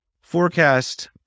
forecast